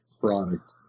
product